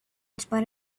spite